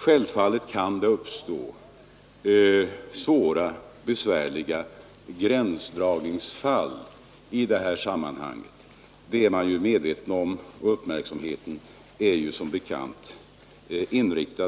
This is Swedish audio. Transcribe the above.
Självfallet kan det i detta sammanhang uppstå besvärliga gränsdragningsfall det är man medveten om, och man har uppmärksamheten riktad